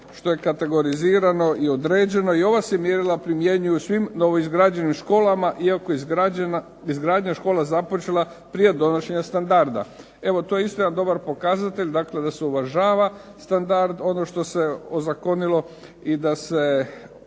što je kategorizirano i određeno i ova se mjerila primjenjuju u svim novoizgrađenim školama, iako izgradnja škola započela prije donošenja standarda. Evo to je isto jedan dobar pokazatelj, dakle da se uvažava standard, ono što se ozakonilo, i da se